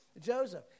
Joseph